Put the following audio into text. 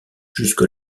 jusque